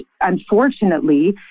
unfortunately